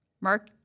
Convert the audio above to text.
mark